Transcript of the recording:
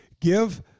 Give